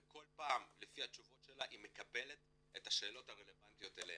וכל פעם לפי התשובות שלה היא מקבלת את התשובות הרלבנטיות לה.